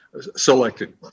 selected